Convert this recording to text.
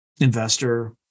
investor